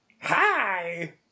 Hi